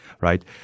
right